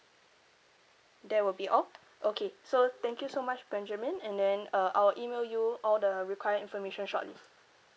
that will be all okay so thank you so much benjamin and then uh I will email you all the required information shortly